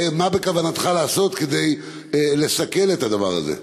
2. מה בכוונתך לעשות כדי לסכל את הדבר הזה?